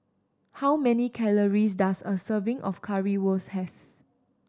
how many calories does a serving of Currywurst have